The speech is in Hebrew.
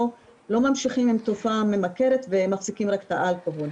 ממשיכים עם תרופה ממכרת ורק מפסיקים את האלכוהול.